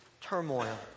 turmoil